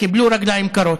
קיבלו רגליים קרות.